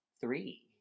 three